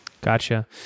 Gotcha